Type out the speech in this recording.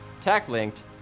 techlinked